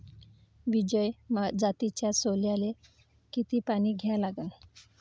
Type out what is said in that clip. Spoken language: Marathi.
विजय जातीच्या सोल्याले किती पानी द्या लागन?